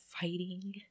fighting